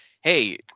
hey